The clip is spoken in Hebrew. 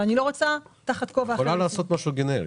את יכולה לעשות משהו גנרי.